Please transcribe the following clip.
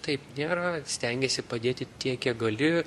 taip nėra stengiesi padėti tiek kiek gali